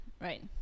Right